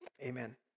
Amen